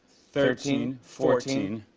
thirteen, fourteen.